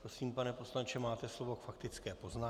Prosím, pane poslanče, máte slovo k faktické poznámce.